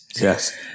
Yes